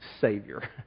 Savior